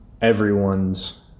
everyone's